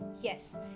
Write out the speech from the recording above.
Yes